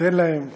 תן להם לפרוק.